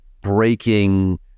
breaking